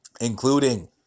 including